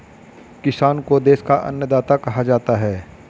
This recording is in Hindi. किसान को देश का अन्नदाता कहा जाता है